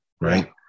right